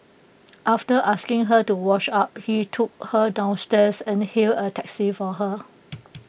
after asking her to wash up he took her downstairs and hailed A taxi for her